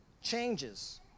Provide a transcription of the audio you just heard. changes